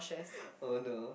oh no